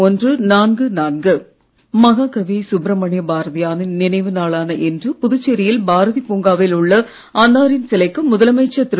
பாரதியார் மகாகவி சுப்ரமணிய பாரதியாரின் நினைவு நாளான இன்று புதுச்சேரியில் பாரதி பூங்காவில் உள்ள அன்னாரின் சிலைக்கு முதலமைச்சர் திரு